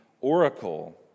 oracle